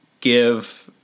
give